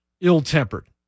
ill-tempered